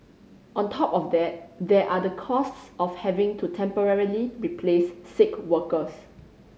on top of that there are the costs of having to temporarily replace sick workers